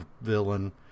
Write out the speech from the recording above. villain